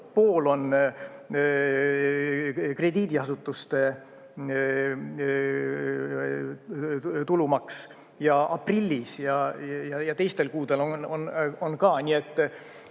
pool on krediidiasutuste tulumaks. Ja aprillis ja teistel kuudel on ka.